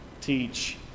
teach